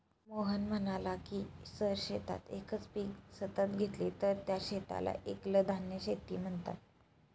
मोहन म्हणाला की जर शेतात एकच पीक सतत घेतले तर त्या शेताला एकल धान्य शेती म्हणतात